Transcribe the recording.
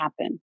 happen